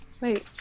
Wait